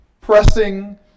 pressing